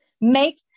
Make